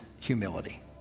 humility